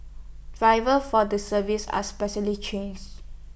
drivers for the service are specially chains